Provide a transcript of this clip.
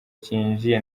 cinjijwe